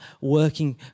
working